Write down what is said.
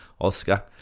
Oscar